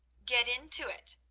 get into it,